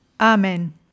Amen